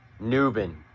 Newbin